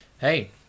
Hey